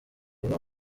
bimwe